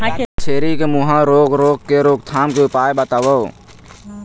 छेरी के मुहा रोग रोग के रोकथाम के उपाय बताव?